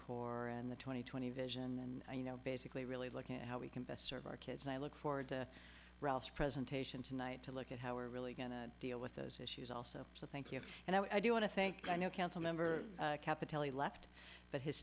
core and the twenty twenty vision and you know basically really looking at how we can best serve our kids and i look forward to ralph's presentation tonight to look at how we're really going to deal with those issues also so thank you and i do want to thank i know council member capital he left but his